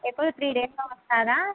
ఎప్పుడు త్రీ డేస్లో వస్తారా